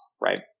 right